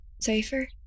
safer